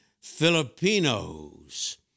Filipinos